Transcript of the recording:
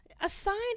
Aside